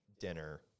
dinner